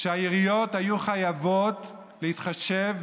העיריות היו חייבות להתחשב,